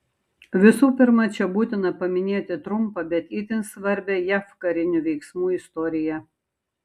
visų pirma čia būtina paminėti trumpą bet itin svarbią jav karinių veiksmų istoriją